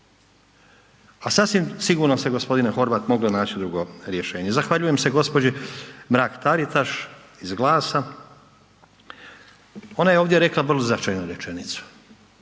a sasvim sigurno se g. Horvat, moglo naći drugo rješenje. Zahvaljujem se gđi. Mrak Taritaš iz GLAS-a, ona je ovdje rekla vrlo značajnu rečenicu.